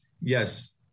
Yes